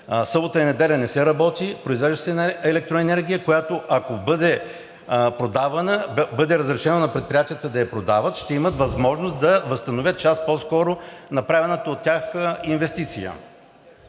събота и неделя не се работи. Произвежда се една електроенергия, която, ако бъде разрешено на предприятията да я продават, ще имат възможност да възстановят час по-скоро направената от тях инвестиция.